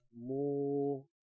More